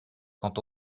quant